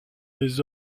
des